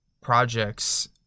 projects